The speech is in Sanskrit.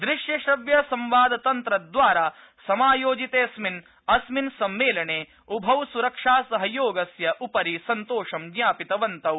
दृश्य श्रव्य संवाद तन्त्र द्वारा समायोजितेऽस्मिन् अस्मिन् सम्मेलने उभौ सुरक्षासहयोगस्य उपरि सन्तोष ज्ञापितवन्तौ